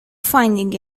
finding